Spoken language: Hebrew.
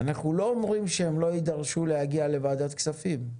אנחנו לא אומרים שהם לא יידרשו להגיע לוועדת כספים.